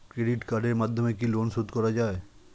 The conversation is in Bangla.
ক্রেডিট কার্ডের মাধ্যমে কি লোন শোধ করা যায়?